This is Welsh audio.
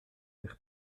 eich